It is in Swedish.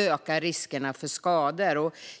ökar riskerna för skador. Det har vi debatterat från talarstolarna i dag.